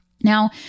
Now